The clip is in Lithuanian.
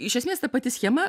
iš esmės ta pati schema